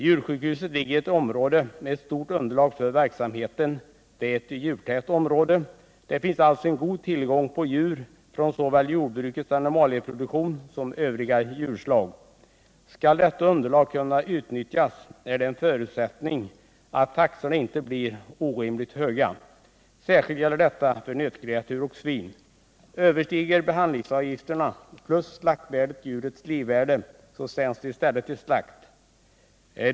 Djursjukhuset ligger i ett område med ett stort underlag för verksamheten. Det är ett djurtätt område. Det finns alltså god tillgång på såväl djur från jordbrukets animalieproduktion som övriga djurslag. Skall detta underlag kunna utnyttjas är det en förutsättning att taxorna inte blir orimligt höga. Särskilt gäller detta för nötkreatur och svin. Överstiger behandlingsavgifterna plus slaktvärdet djurets livvärde, så sänds djuren i stället till slakt.